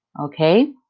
Okay